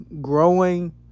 growing